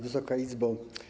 Wysoka Izbo!